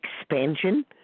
expansion